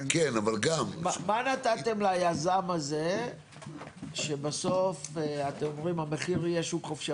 מה נתתם ליזם הזה שבסוף אתם אומרים המחיר יהיה שוק חופשי,